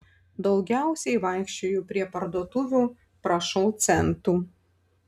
daugiausiai vaikščioju prie parduotuvių prašau centų